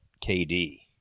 kd